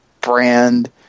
brand